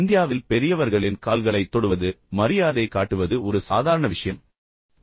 இந்தியாவில் மீண்டும் பெரியவர்களின் கால்களைத் தொடுவது மரியாதை காட்டுவது ஒரு சாதாரண விஷயம் என்று குறிக்கப்படுகிறது